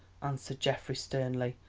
answered geoffrey sternly.